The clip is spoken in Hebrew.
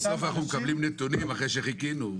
סוף סוף אנחנו מקבלים נתונים אחרי שחיכינו.